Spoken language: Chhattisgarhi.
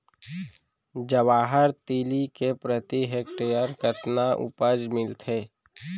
जवाहर तिलि के प्रति हेक्टेयर कतना उपज मिलथे?